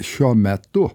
šiuo metu